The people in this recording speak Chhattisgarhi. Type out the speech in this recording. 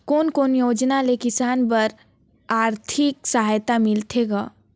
कोन कोन योजना ले किसान बर आरथिक सहायता मिलथे ग?